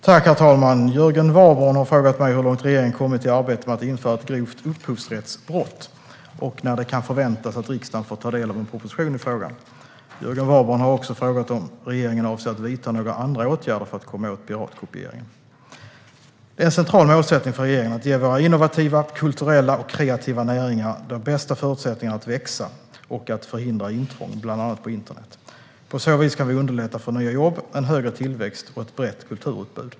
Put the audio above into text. Herr talman! Jörgen Warborn har frågat mig hur långt regeringen kommit i arbetet med att införa brottsrubriceringen grovt upphovsrättsbrott och när det kan förväntas att riksdagen får ta del av en proposition i frågan. Jörgen Warborn har också frågat om regeringen avser att vidta några andra åtgärder för att komma åt piratkopieringen. Det är en central målsättning för regeringen att ge våra innovativa, kulturella och kreativa näringar de bästa förutsättningarna att växa och att förhindra intrång, bland annat på internet. På så vis kan vi underlätta för nya jobb, en högre tillväxt och ett brett kulturutbud.